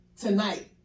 tonight